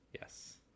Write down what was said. Yes